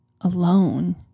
alone